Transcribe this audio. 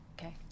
Okay